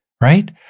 right